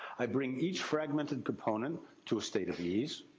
i bring each fragmented component to a state of ease.